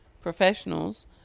professionals